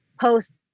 post